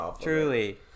truly